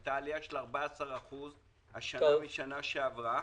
השנה הייתה עלייה של 14% בייצוא בהשוואה לשנה שעברה,